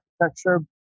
architecture